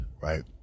right